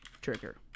trigger